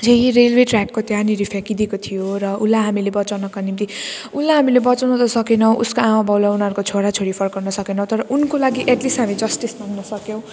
चाहिँ रेल्वे ट्र्याकको त्यहाँनिर फ्याँकिदिएको थियो र उसलाई हामीले बचाउनको निम्ति उसलाई हामीले बचाउन त सकेनौँ उसका आमाबाबुलाई उनीहरूको छोरा छोरी फर्काउन सकेनौँ तर उनको लागि एटलिस्ट हामीले जस्टिस माग्न सक्यौँ